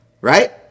Right